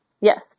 Yes